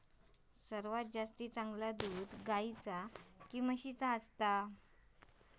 सर्वात जास्ती चांगला दूध गाईचा की म्हशीचा असता?